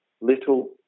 little